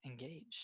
engaged